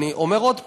אני אומר עוד פעם,